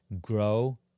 grow